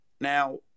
Now